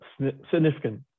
significant